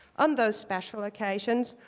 on those special occasions,